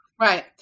Right